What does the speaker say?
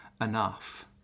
enough